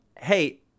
Hey